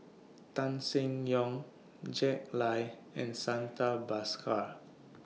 Tan Seng Yong Jack Lai and Santha Bhaskar